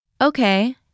Okay